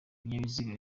ibinyabiziga